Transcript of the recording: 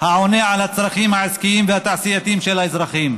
העונה על הצרכים העסקיים והתעשייתיים של האזרחים.